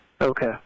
Okay